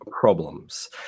problems